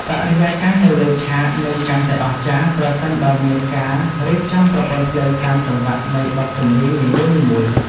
បរិយាកាសនៅលើឆាកនឹងកាន់តែអស្ចារ្យប្រសិនបើមានការរៀបចំប្រព័ន្ធភ្លើងតាមចង្វាក់នៃបទចម្រៀងនីមួយៗ។